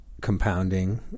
compounding